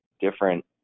different